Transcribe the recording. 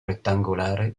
rettangolare